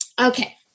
Okay